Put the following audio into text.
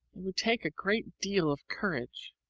would take a great deal of courage.